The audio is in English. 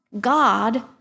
God